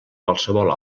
qualsevol